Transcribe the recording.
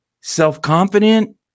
self-confident